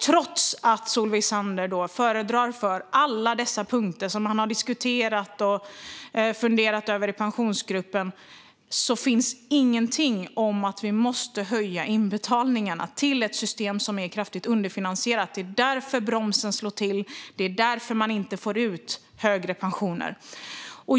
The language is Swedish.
Trots att Solveig Zander föredrar alla de punkter som man har funderat över i Pensionsgruppen finns det inget om att vi måste höja inbetalningarna till detta system, som är kraftigt underfinansierat. Det är därför bromsen slår till. Det är därför man inte får ut högre pensioner.